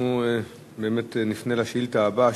אנחנו באמת נפנה לשאילתא הבאה,